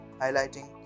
highlighting